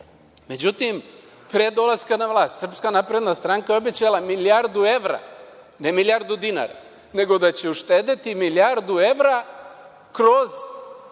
Međutim, pre dolaska na vlast, SNS je obećala milijardu evra, ne milijardu dinara, nego da će uštedeti milijardu evra kroz